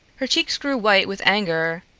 her cheeks grew white with anger,